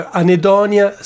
Anedonia